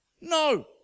No